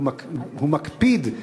הוא מקפיד,